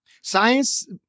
Science